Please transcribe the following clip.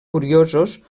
curiosos